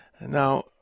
Now